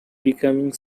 becoming